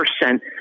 percent